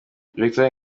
victoire